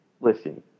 listen